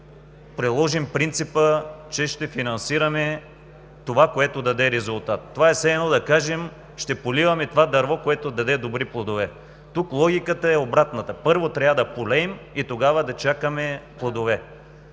приложим принципа, че ще финансираме това, което даде резултат. Това е все едно да кажем: ще поливаме това дърво, което даде добри плодове. Тук логиката е обратната – първо трябва да полеем и тогава да чакаме плодове.